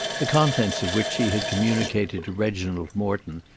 the contents of which she had communicated to reginald morton,